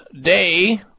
day